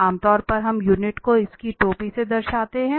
इसलिए आमतौर पर हम यूनिट को इसकी टोपी से दर्शाते हैं